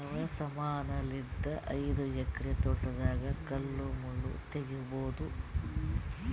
ಯಾವ ಸಮಾನಲಿದ್ದ ಐದು ಎಕರ ತೋಟದಾಗ ಕಲ್ ಮುಳ್ ತಗಿಬೊದ?